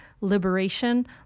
liberation